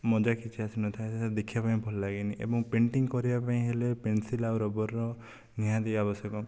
ମଜା କିଛି ଆସିନଥାଏ ଦେଖିବା ପାଇଁ ବି ଭଲ ଲାଗେନି ଏବଂ ପେଣ୍ଟିଙ୍ଗ କରିବା ପାଇଁ ହେଲେ ପେନ୍ସିଲ୍ ଆଉ ରବରର ନିହାତି ଆବଶ୍ୟକ